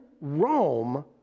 Rome